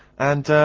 and err,